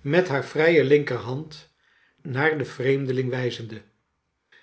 met haar vrije linker hand naar den vreemdeling wijzende